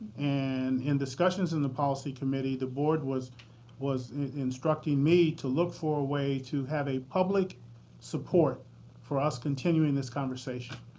and in discussions in the policy committee the board was was instructing me to look for a way to have a public support for us continuing this conversation.